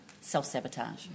self-sabotage